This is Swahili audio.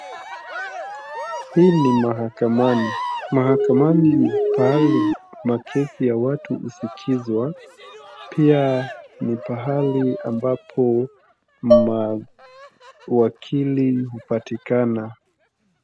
Hii ni mahakamani, mahakamani ni pahali makesi ya watu husikizwa pia ni pahali ambapo mawakili hupatikana.